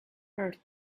earth